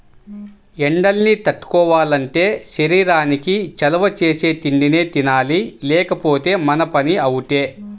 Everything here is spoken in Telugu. ఎండల్ని తట్టుకోవాలంటే శరీరానికి చలవ చేసే తిండినే తినాలి లేకపోతే మన పని అవుటే